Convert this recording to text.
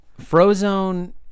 Frozone